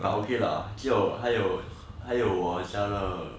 but okay lah 只有还有还有我和佳乐